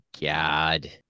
God